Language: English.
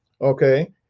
okay